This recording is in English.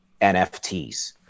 nfts